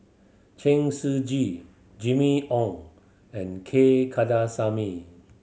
Chen Shiji Jimmy Ong and K Kandasamy